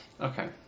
Okay